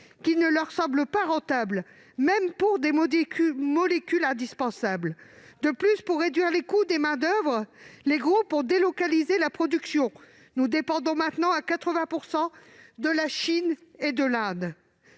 qui ne leur semblent pas rentables, même lorsqu'il s'agit de molécules indispensables. De plus, pour réduire les coûts de main-d'oeuvre, les groupes ont délocalisé leur production. Nous dépendons désormais à 80 % de la Chine et de l'Inde.